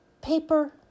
paper